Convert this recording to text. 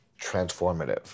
transformative